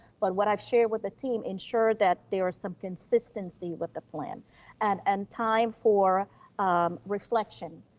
but what i've shared with the team ensure that there is some consistency with the plan and and time for reflection.